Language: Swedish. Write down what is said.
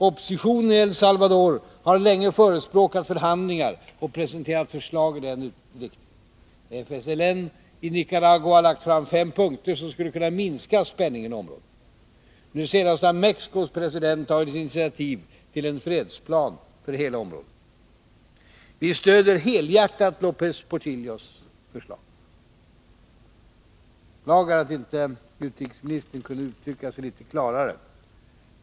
Oppositionen i El Salvador har länge förespråkat förhandlingar och presenterat förslag i den riktningen, FSLN i Nicaragua har lagt fram fem punkter som skulle kunna minska spänningen i området. Nu senast har Mexicos president tagit initiativ till en fredsplan för hela området. Vi stödjer helhjärtat Lopez Portillos förslag. Jag beklagar att inte utrikesministern kunde uttrycka sig litet klarare.